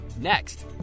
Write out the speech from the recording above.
Next